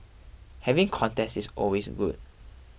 having contests is always good